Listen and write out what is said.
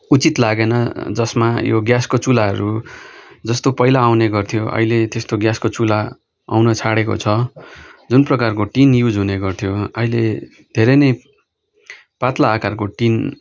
उचित लागेन जसमा यो ग्यासका चुल्हाहरू जस्तो पहिला आउने गर्थ्यो अहिले त्यस्तो ग्यासको चुल्हा आउन छाडेको छ जुन प्रकारको टिन युज हुने गर्थ्यो अहिले धेरै नै पात्ला आकारको टिन